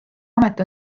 amet